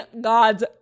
god's